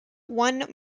one